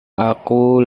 aku